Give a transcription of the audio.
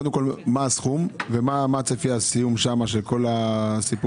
מה הסכום ומה צפי הסיום של המרכז,